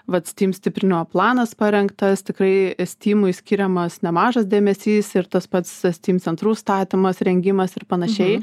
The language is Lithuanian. vat stym stiprinimo planas parengtas tikrai stymui skiriamas nemažas dėmesys ir tas pats stym centrų statymas rengimas ir panašiai